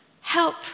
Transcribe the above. Help